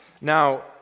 Now